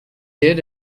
their